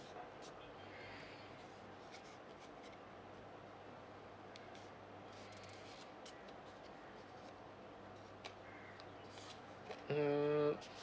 um